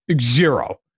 Zero